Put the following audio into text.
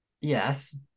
Yes